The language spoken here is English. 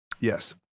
yes